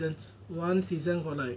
ten seasons one season got like